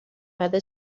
بعد